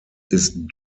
ist